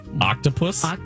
octopus